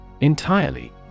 Entirely